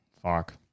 fuck